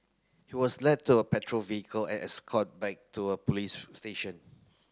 he was led to a patrol vehicle and escort back to a police station